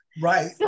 Right